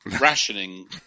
Rationing